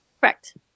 Correct